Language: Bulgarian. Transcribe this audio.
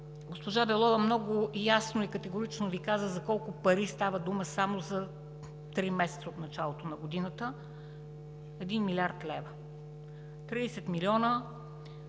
Госпожа Белова много ясно и категорично Ви каза за колко пари става дума само за три месеца от началото на годината – 1 млрд. лв. Вие